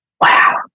wow